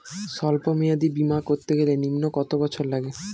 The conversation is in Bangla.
সল্প মেয়াদী বীমা করতে গেলে নিম্ন কত বছর লাগে?